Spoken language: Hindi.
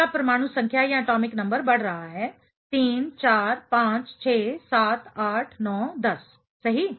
आपका परमाणु संख्या बढ़ रहा है 3 4 5 6 7 8 9 10 सही